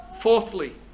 fourthly